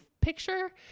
picture